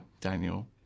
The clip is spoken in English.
Daniel